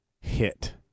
hit